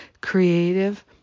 creative